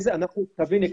תביני,